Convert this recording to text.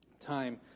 Time